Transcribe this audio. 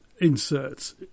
inserts